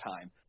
time